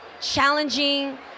challenging